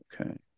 Okay